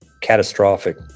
catastrophic